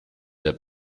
der